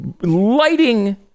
lighting